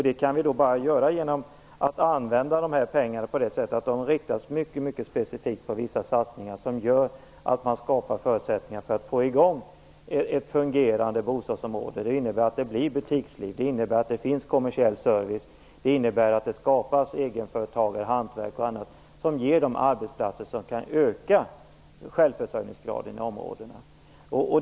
Det kan vi bara göra genom att använda pengarna på det sättet att de riktas mycket specifikt mot vissa satsningar som gör att man skapar förutsättningar för att få i gång ett fungerande bostadsområde. Det innebär butiksliv. Det innebär kommersiell service. Det innebär att det skapas egenföretagare inom hantverk och annat som ger de arbetsplatser som kan öka självförsörjningsgraden i områdena.